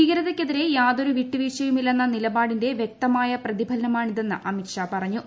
ഭീകരതയ്ക്കെതിരെ യാതൊരു വിട്ടു വീഴ്ചയ്ക്കുമില്ലെന്ന നിലപാടിന്റെ വ്യക്തമായ പ്രതിഫലനമാണിതെന്ന് അമിത്ഷാ പറഞ്ഞു